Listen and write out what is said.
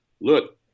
look